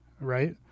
right